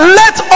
let